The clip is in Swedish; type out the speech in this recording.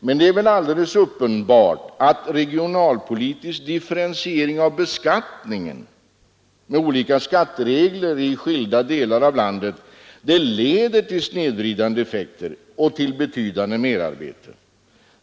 Men det är väl helt uppenbart att regionalpolitisk differentiering av beskattningen med olika skatteregler i skilda delar av landet får snedvridande effekter och förorsakar betydande merarbete.